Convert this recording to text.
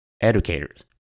educators